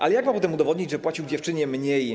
Ale jak ma potem udowodnić, że płacił dziewczynie mniej.